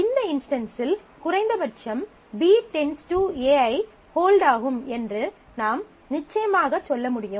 இந்த இன்ஸ்டன்ஸில் குறைந்தபட்சம் B → A ஐ ஹோல்ட் ஆகும் என்று நாம் நிச்சயமாக சொல்ல முடியும்